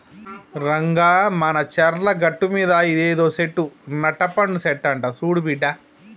రంగా మానచర్ల గట్టుమీద ఇదేదో సెట్టు నట్టపండు సెట్టంట సూడు బిడ్డా